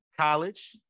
college